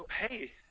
hey –